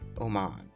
Oman